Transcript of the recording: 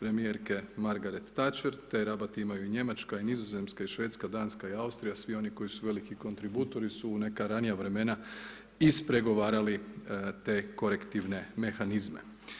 premijerke Margaret Tacher, taj rabat imaju i Njemačka, i Nizozemska, i Švedska, Danska i Austrija, svi oni koji su veliki kontributori su u neka ranija vremena ispregovarali te korektivne mehanizme.